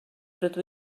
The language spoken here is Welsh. rydw